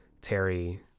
Terry